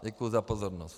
Děkuji za pozornost.